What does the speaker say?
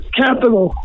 capital